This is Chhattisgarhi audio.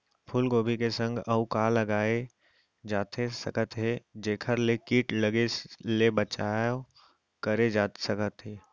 फूलगोभी के संग अऊ का लगाए जाथे सकत हे जेखर ले किट लगे ले बचाव करे जाथे सकय?